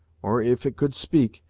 or if it could speak,